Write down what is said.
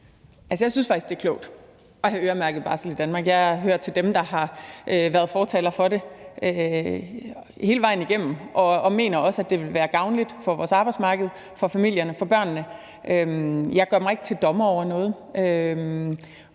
jeg synes faktisk, det er klogt at have øremærket barsel i Danmark. Jeg hører til dem, der har været fortaler for det hele vejen igennem, og jeg mener også, det vil være gavnligt for vores arbejdsmarked, for familierne, for børnene. Jeg gør mig ikke til dommer over noget.